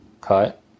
cut